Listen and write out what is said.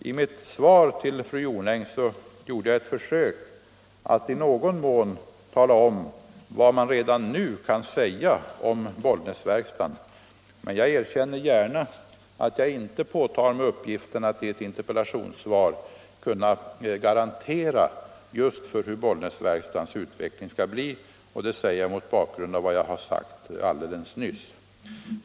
I mitt svar till fru Jonäng gjorde jag ett försök att i någon mån tala om vad man redan nu kan säga om Bollnäsverkstaden, men jag erkänner gärna att jag inte påtar mig uppgiften att i ett interpellationssvar i dag kunna garantera hur det skall bli med just Bollnäsverkstaden. Det säger jag mot bakgrund av vad jag sagt alldeles nyss.